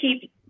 keep